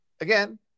again